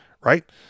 Right